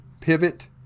pivot